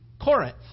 Corinth